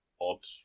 odd